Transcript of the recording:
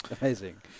Amazing